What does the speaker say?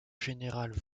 général